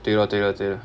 对 lor 对 lor 对 lor